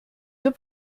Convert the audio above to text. deux